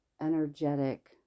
energetic